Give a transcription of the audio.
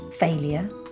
failure